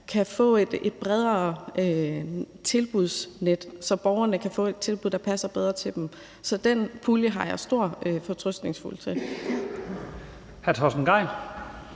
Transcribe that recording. kan få et bredere tilbudsnet, så borgerne kan få et tilbud, der passer bedre til dem. Den pulje er jeg meget fortrøstningsfuld ved.